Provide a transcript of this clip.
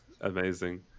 Amazing